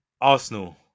Arsenal